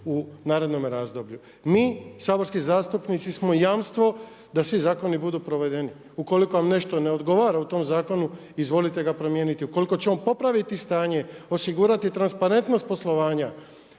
u narednom razdoblju. Mi, saborski zastupnici, smo jamstvo da svi zakoni budu provedeni. Ukoliko vam nešto ne odgovara u tom zakonu izvolite ga promijeniti. Ukoliko će on popraviti stanje, osigurati transparentnost poslovanja